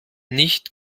nicht